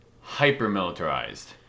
hyper-militarized